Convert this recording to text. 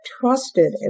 trusted